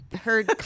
heard